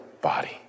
body